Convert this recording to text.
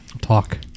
Talk